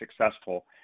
successful